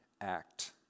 act